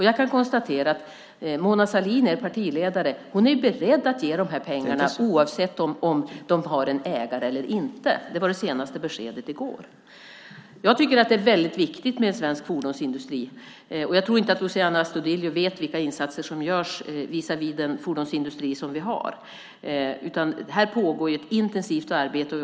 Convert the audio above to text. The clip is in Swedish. Jag kan konstatera att Mona Sahlin, er partiledare, är beredd att ge de här pengarna oavsett om de har en ägare eller inte. Det var det senaste beskedet i går. Jag tycker att det är väldigt viktigt med en svensk fordonsindustri. Jag tror inte att Luciano Astudillo vet vilka insatser som görs visavi den fordonsindustri som vi har. Här pågår ett intensivt arbete.